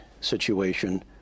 situation